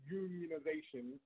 unionization